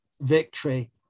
victory